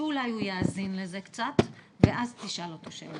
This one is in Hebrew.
שאולי הוא יאזין לזה קצת ואז תשאל אותו שאלה.